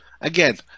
Again